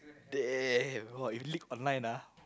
damn !wah! if leak online ah